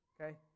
okay